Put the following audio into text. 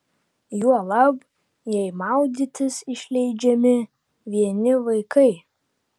juolab jei maudytis išleidžiami vieni vaikai